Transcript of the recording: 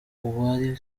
uwari